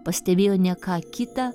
pastebėjo ne ką kita